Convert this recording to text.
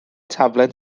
taflen